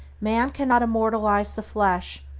man cannot immortalize the flesh,